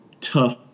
tough